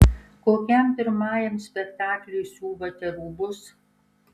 kokiam pirmajam spektakliui siuvote rūbus